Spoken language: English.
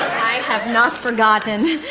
i have not forgotten.